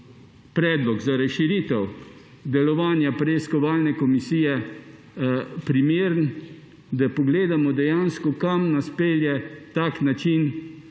predlog za razširitev delovanja preiskovalne komisije primeren, da pogledamo dejansko, kam nas pelje tak način